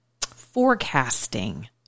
forecasting